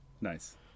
Nice